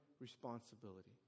responsibility